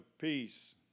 peace